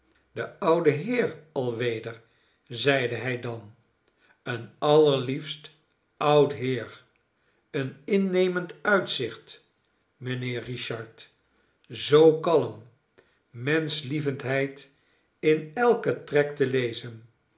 de oude heer alweder zeide hij dan een allerliefst oud heer een innemend uitzicht mijnheer richard zoo kalm menschlievendheid in elken trek te lezen